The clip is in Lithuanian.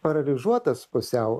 paralyžiuotas pusiau